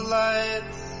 lights